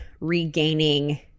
regaining